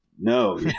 No